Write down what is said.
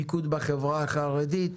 מיקוד בחברה החרדית,